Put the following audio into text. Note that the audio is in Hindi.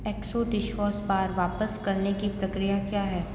एक्सो डिशवॉस बार वापस करने की प्रक्रिया क्या है